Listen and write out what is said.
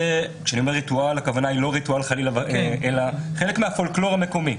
חלק מהפולקלור המקומי.